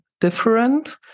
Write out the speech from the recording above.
different